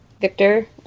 Victor